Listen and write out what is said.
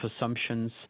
assumptions